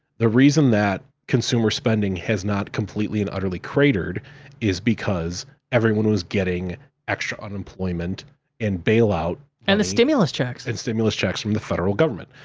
the reason that consumer spending has not completely and utterly cratered is because everyone was getting extra unemployment and bailout. and the stimulus checks. and stimulus checks from the federal government.